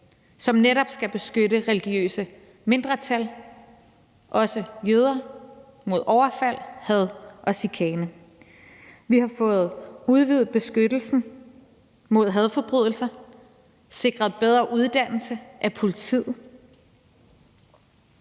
som netop skal beskytte religiøse mindretal, også jøder, mod overfald, had og chikane. Vi har fået udvidet beskyttelsen mod hadforbrydelser og sikret bedre uddannelse af politiet.